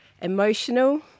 emotional